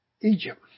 Egypt